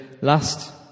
last